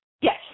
Yes